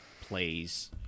plays